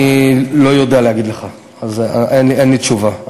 אני לא יודע להגיד לך, אין לי תשובה.